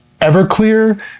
Everclear